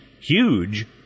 huge